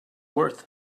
worth